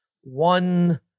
one